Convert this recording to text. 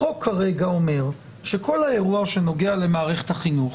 החוק כרגע אומר שכל האירוע שנוגע למערכת החינוך